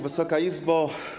Wysoka Izbo!